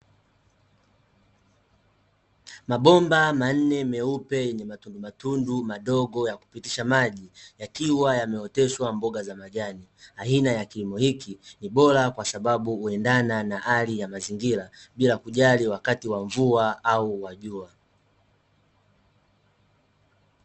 Mabomba manne meupe yenye matundu matundu madogo ya kupitisha maji, yakiwa yameoteshwa mboga za majani. Aina ya kilimo hichi ni bora kwasababu huendana na hali ya mazingira bila kujali wakati wa mvua au wa jua.